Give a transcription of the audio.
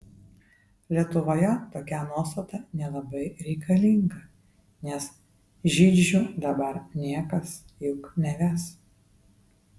lietuvoje tokia nuostata nelabai reikalinga nes žydžių dabar niekas juk neves